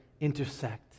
intersect